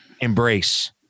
embrace